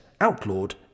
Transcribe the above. outlawed